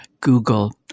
Google